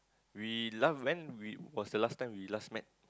we last when we was the last time we last met